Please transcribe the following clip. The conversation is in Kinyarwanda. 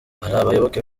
abayoboke